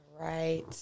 Right